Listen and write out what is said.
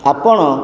ଆପଣ